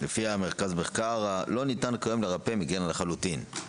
לפי מרכז המחקר לא ניתן כיום לרפא מיגרנה לחלוטין.